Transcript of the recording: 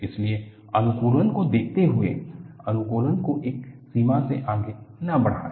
इसलिए अनुकूलन को देखते हुए अनुकूलन को एक सीमा से आगे न बढ़ाएं